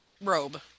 robe